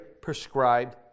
prescribed